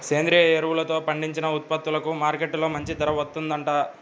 సేంద్రియ ఎరువులతో పండించిన ఉత్పత్తులకు మార్కెట్టులో మంచి ధర వత్తందంట